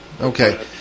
Okay